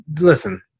Listen